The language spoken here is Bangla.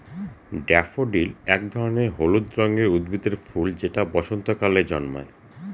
ড্যাফোডিল এক ধরনের হলুদ রঙের উদ্ভিদের ফুল যেটা বসন্তকালে জন্মায়